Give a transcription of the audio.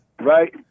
Right